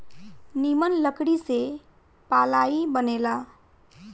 निमन लकड़ी से पालाइ बनेला